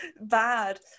Bad